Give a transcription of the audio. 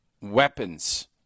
weapons